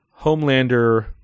Homelander